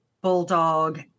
Bulldog